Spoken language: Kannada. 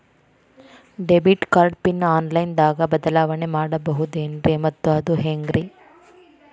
ಡೆಬಿಟ್ ಕಾರ್ಡ್ ಪಿನ್ ಆನ್ಲೈನ್ ದಾಗ ಬದಲಾವಣೆ ಮಾಡಬಹುದೇನ್ರಿ ಮತ್ತು ಅದು ಹೆಂಗ್ರಿ?